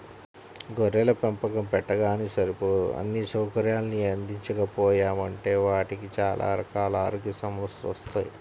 గొర్రెల పెంపకం పెట్టగానే సరిపోదు అన్నీ సౌకర్యాల్ని అందించకపోయామంటే వాటికి చానా రకాల ఆరోగ్య సమస్యెలొత్తయ్